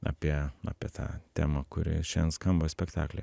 apie apie tą temą kuri šiandien skamba spektaklyje